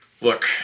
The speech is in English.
Look